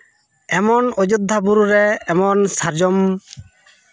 ᱮᱢᱚᱱ ᱚᱡᱳᱫᱽᱫᱷᱟ ᱵᱩᱨᱩ ᱨᱮ ᱮᱢᱚᱱ ᱥᱟᱨᱡᱚᱢ